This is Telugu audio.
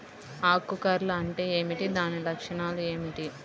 ఆకు కర్ల్ అంటే ఏమిటి? దాని లక్షణాలు ఏమిటి?